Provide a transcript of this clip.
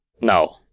No